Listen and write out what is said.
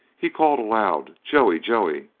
he called aloud, joey, joey,